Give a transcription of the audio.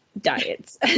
diets